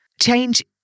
change